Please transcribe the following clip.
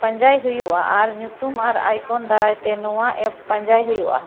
ᱯᱟᱸᱡᱟᱭ ᱦᱩᱭᱩᱜᱼᱟ ᱟᱨ ᱧᱩᱛᱩᱢ ᱟᱨ ᱟᱭᱠᱚᱱ ᱫᱟᱨᱟᱛᱮ ᱱᱚᱣᱟ ᱮᱯ ᱯᱟᱸᱡᱟᱭ ᱦᱩᱭᱩᱜᱼᱟ